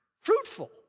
fruitful